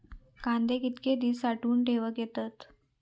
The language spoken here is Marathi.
कांदे कितके दिवस साठऊन ठेवक येतत?